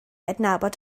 adnabod